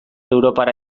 europara